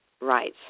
Right